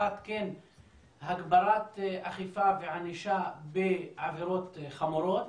אחת, כן הגברת אכיפה וענישה בעבירות חמורות,